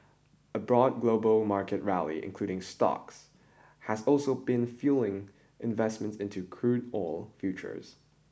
a broad global market rally including stocks has also been fuelling investments into crude oil futures